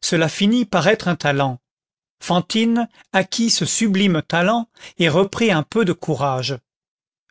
cela finit par être un talent fantine acquit ce sublime talent et reprit un peu de courage